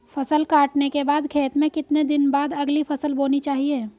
फसल काटने के बाद खेत में कितने दिन बाद अगली फसल बोनी चाहिये?